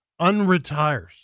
unretires